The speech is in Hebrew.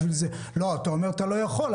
אתה אומר שאתה לא יכול,